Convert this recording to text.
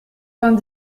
vingt